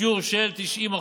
בשיעור של 90%,